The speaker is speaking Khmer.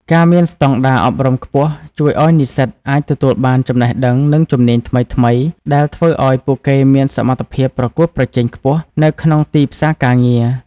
ការមានស្តង់ដារអប់រំខ្ពស់ជួយឱ្យនិស្សិតអាចទទួលបានចំណេះដឹង និងជំនាញថ្មីៗ ដែលធ្វើឱ្យពួកគេមានសមត្ថភាពប្រកួតប្រជែងខ្ពស់នៅក្នុងទីផ្សារការងារ។